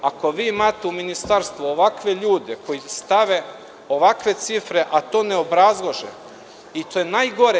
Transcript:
Ako vi u Ministarstvu imate ovakve ljude koji stave ovakve cifre, a to ne obrazlaže, to je najgore.